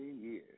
years